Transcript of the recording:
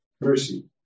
mercy